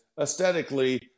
aesthetically